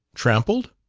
trampled?